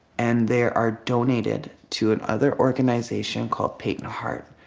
and they are donated to another organization called peyton heart.